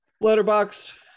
letterbox